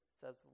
says